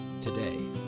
today